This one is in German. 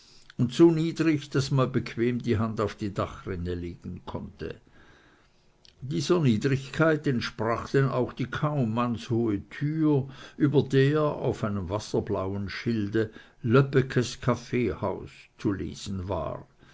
und so niedrig daß man bequem die hand auf die dachrinne legen konnte dieser niedrigkeit entsprach denn auch die kaum mannshohe tür über der auf einem wasserblauen schilde löbbekes kaffeehaus zu lesen war